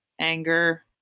anger